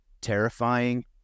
terrifying